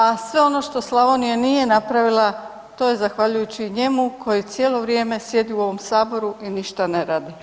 A sve ono što Slavonija nije napravila, to je zahvaljujući njemu koji cijelo vrijeme sjedi u ovom Saboru i ništa ne radi.